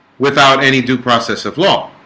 without any due process of law,